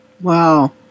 Wow